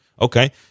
Okay